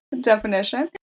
definition